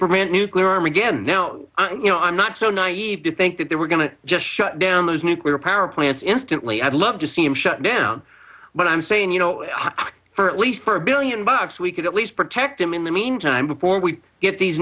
prevent nuclear armageddon now you know i'm not so naive to think that they were going to just shut down those nuclear power plants instantly i'd love to see them shut down but i'm saying you know for at least for a billion bucks we could at least protect him in the meantime before we get these